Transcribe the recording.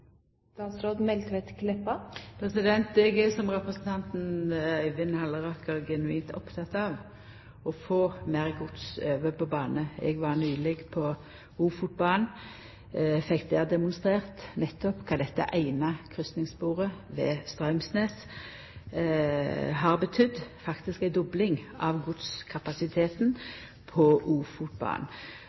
Eg er, som representanten Øyvind Halleraker, genuint oppteken av å få meir gods over på bane. Eg var nyleg i Ofoten og fekk der demonstrert nettopp kva det eine kryssingssporet ved Straumsnes har betydd: ei dobling av godskapasiteten på Ofotbanen.